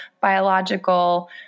biological